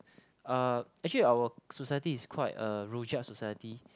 uh actually our society is quite a rojak society